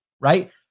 right